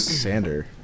Sander